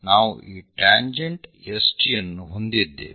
ನಾವು ಈ tangent ST ಯನ್ನು ಹೊಂದಿದ್ದೇವೆ